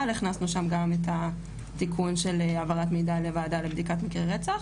אבל הכנסנו שם גם את התיקון של העברת מידע לוועדה לבדיקת מקרי רצח